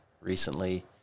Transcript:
recently